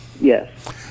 Yes